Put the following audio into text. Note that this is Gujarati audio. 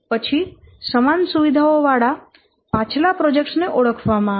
પછી સમાન સુવિધાઓવાળા પાછલા પ્રોજેક્ટ્સ ને ઓળખવામાં આવે છે